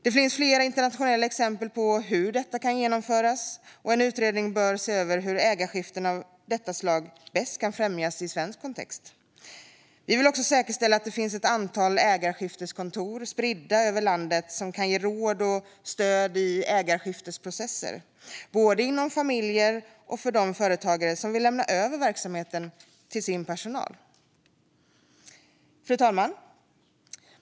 Det finns flera internationella exempel på hur detta kan genomföras, och en utredning bör se över hur ägarskiften av detta slag bäst kan främjas i en svensk kontext. Vi vill också säkerställa att det finns ett antal ägarskifteskontor spridda över landet som kan ge råd och stöd i ägarskiftesprocesser, både inom familjer och för de företagare som vill lämna över verksamheten till sin personal. Fru talman!